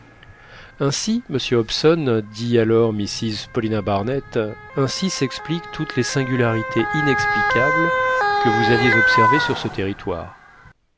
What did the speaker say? ainsi monsieur hobson dit alors mrs paulina barnett ainsi s'expliquent toutes les singularités inexplicables que vous aviez observées sur ce territoire